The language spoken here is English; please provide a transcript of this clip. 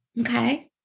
Okay